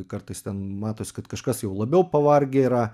kartais ten matosi kad kažkas jau labiau pavargę yra